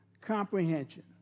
comprehension